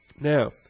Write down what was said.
now